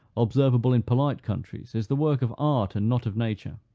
observable in polite countries, is the work of art, and not of nature.